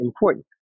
important